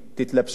"תתלבשי",